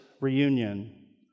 reunion